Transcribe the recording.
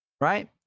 right